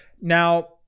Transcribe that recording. Now